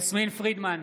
יסמין פרידמן,